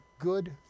Good